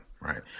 right